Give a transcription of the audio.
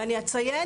ואני אציין,